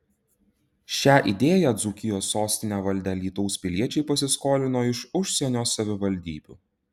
šią idėją dzūkijos sostinę valdę alytaus piliečiai pasiskolino iš užsienio savivaldybių